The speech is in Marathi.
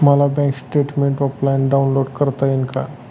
मला बँक स्टेटमेन्ट ऑफलाईन डाउनलोड करता येईल का?